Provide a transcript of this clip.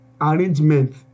arrangement